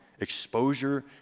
exposure